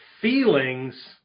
feelings